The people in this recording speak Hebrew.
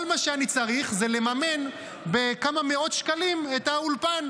כל מה שאני צריך זה לממן בכמה מאות שקלים את האולפן.